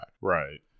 Right